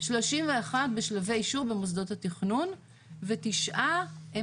31 בשלבי אישור במוסדות התכנון ו- 9 הם